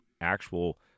actual